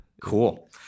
cool